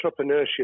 entrepreneurship